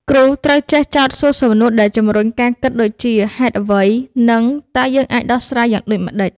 គ្រូត្រូវចេះ ចោទសួរសំណួរដែលជម្រុញការគិតដូចជា ហេតុអ្វី? និង តើយើងអាចដោះស្រាយយ៉ាងដូចម្តេច?